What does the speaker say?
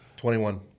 21